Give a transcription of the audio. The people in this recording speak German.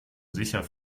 sicher